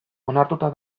onartuta